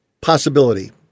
possibility